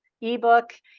ebook